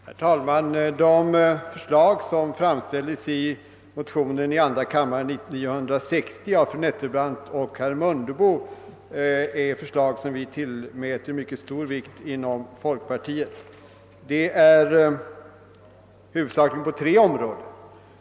Herr talman! De förslag som framställs i motionen II:960 av fru Nettelbrandt och herr Mundebo tillmäter vi mycket stor vikt inom folkpartiet. De gäller huvudsakligen tre områden.